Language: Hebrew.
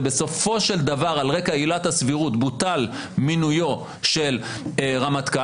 ובסופו של דבר על רקע עילת הסבירות בוטל מינויו של רמטכ"ל